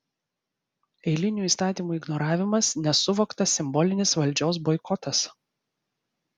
eilinių įstatymų ignoravimas nesuvoktas simbolinis valdžios boikotas